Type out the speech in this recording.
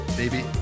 baby